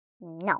No